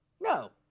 No